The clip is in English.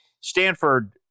Stanford